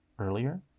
earlier